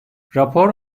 rapor